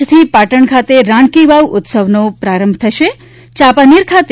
આજથી પાટણ ખાતે રાણકી વાવ ઉત્સવનો પ્રારંભ થશે યાંપાનેર ખાતે